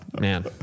man